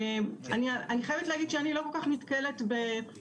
אני חייבת להגיד שאני לא כל כך נתקלת בבקשות